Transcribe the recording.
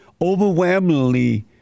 overwhelmingly